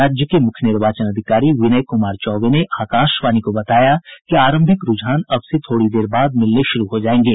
राज्य के मुख्य निर्वाचन अधिकारी विनय कुमार चौबे ने आकाशवाणी को बताया कि आरंभिक रूझान अब से थोड़ी देर बाद मिलने शुरू हो जायेंगे